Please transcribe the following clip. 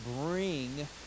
bring